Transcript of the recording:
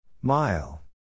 Mile